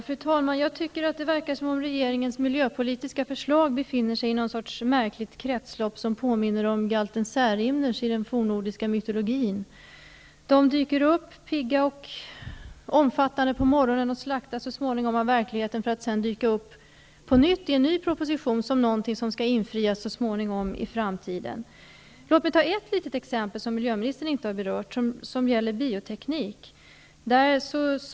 Fru talman! Jag tycker att det verkar som om regeringens miljöpolitiska förslag befinner sig i något slags märkligt kretslopp som påminner om galten Särimners i den fornnordiska mytologin. De dyker upp pigga och omfattande på morgonen, de slaktas så småningom av verkligheten för att sedan dyka upp på nytt i en ny proposition i form av någonting som skall infrias i framtiden -- så småningom. Låt mig ta ett litet exempel, som miljöministern inte har berört, som gäller bioteknik.